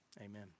amen